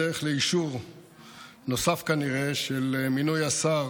בדרך לאישור נוסף כנראה של מינוי השר